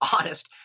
honest